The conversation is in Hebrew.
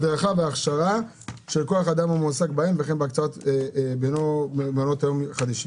הדרכה והכשרה של כוח אדם המועסק בהם וכן בתקצוב בינוי מעונות יום חדשים.